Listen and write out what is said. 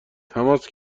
تماس